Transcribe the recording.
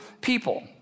people